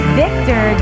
victor